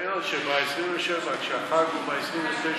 ההיגיון הוא שב-27, כשהחג הוא ב-29,